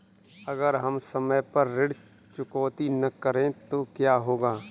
अगर हम समय पर ऋण चुकौती न करें तो क्या होगा?